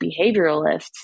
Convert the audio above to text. behavioralists